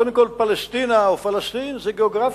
קודם כול פלשתינה או פלסטין זה גיאוגרפיה.